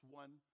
one